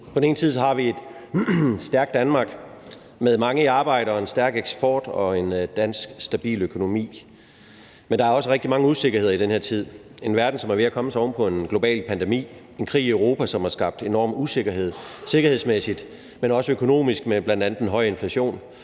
På den ene side har vi et stærkt Danmark med mange i arbejde og en stærk eksport og en stabil dansk økonomi, men på den anden side er der også rigtig mange usikkerheder i den her tid. Vi har en verden, som er ved at komme sig oven på en global pandemi, vi har en krig i Europa, som sikkerhedsmæssigt har skabt enorm usikkerhed, også økonomisk med bl.a. en høj inflation,